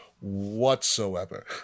whatsoever